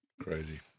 Crazy